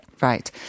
Right